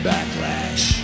Backlash